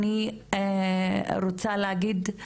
ואני הבאתי את הדיון הזה כי אני רוצה להגיד שזה